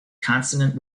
consonant